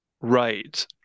Right